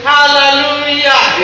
Hallelujah